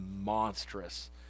monstrous